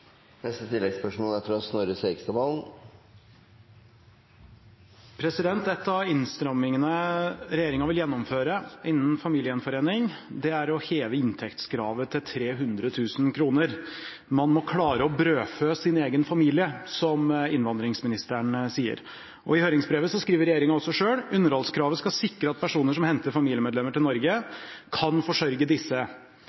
Snorre Serigstad Valen – til oppfølgingsspørsmål. En av innstrammingene regjeringen vil gjennomføre innen familiegjenforening, er å heve inntektskravet til 300 000 kr. «Man må klare å brødfø sin egen familie», som innvandringsministeren sier. Og i høringsbrevet skriver regjeringen også selv: «Underholdskravet skal sikre at personer som henter familiemedlemmer til Norge